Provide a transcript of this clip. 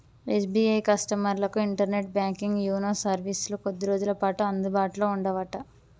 SBI కస్టమర్లకు internet banking YONO సర్వీసులు కొద్ది రోజులపాటు అందుబాటులో ఉండవట